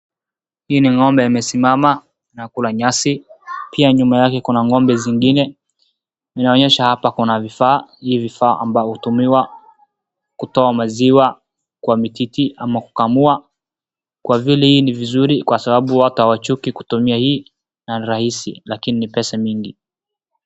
Hii ni ng'ombe imesimama na kula nyasi, pia nyuma yake kuna ng'ombe zingine, inaonyesha hapa kuna vifaa, hivi vifaa ambao hutumiwa kutoa maziwa kwa michichi ama kukamua, kwa vile hii ni vizuri kwa sababu ata hawachoki kutumia hii, na rahisi lakini ni pesa mingi.